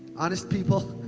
honest people?